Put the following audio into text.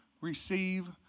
receive